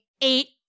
eight